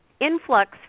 influx